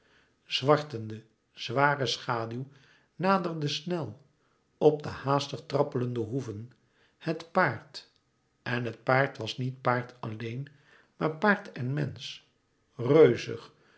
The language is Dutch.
zwartende zware schaduw naderde snel op de haastig trappelende hoeven het paard en het paard was niet paard alleen maar paard en mensch reuzig